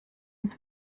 has